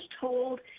told